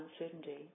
uncertainty